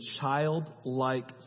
childlike